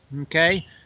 okay